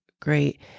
great